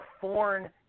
foreign